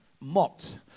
Mocked